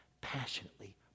passionately